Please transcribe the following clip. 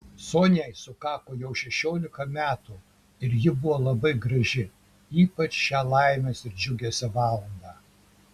soniai sukako jau šešiolika metų ir ji buvo labai graži ypač šią laimės ir džiugesio valandą